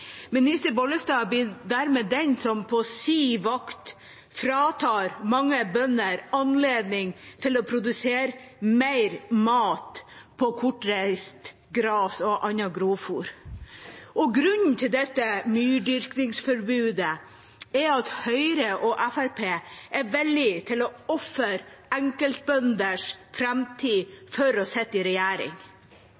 Minister Bollestad blir dermed den som på sin vakt fratar mange bønder anledning til å produsere mer mat på kortreist gras og annet grovfôr. Grunnen til dette myrdyrkningsforbudet er at Høyre og Fremskrittspartiet er villig til å ofre enkeltbønders framtid